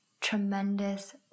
tremendous